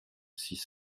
six